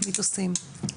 מיתוסים,